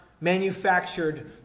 manufactured